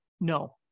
No